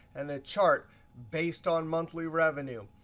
and a chart based on monthly revenue.